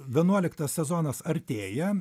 vienuoliktas sezonas artėja